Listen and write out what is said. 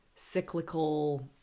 cyclical